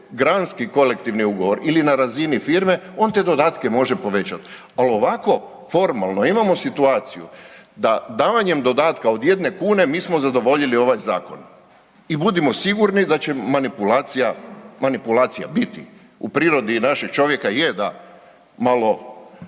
granski kolektivni ugovor ili na razini firme, on te dodatke može povećati. Ali ovako, formalno, imamo situaciju da davanjem dodatka od 1 kune, mi smo zadovoljili ovaj Zakon. I budimo sigurni da će manipulacija biti. U prirodi našeg čovjeka je da malo